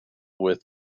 with